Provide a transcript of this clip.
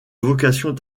vocation